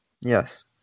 Yes